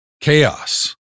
chaos